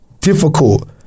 difficult